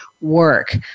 work